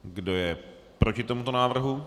Kdo je proti tomuto návrhu?